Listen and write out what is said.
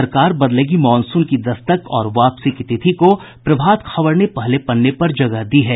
सरकार बदलेगी मॉनसून की दस्तक और वापसी की तिथि को प्रभात खबर ने पहले पन्ने पर जगह दी है